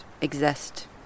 exist